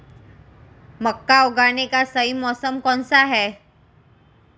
मक्का उगाने का सही मौसम कौनसा है?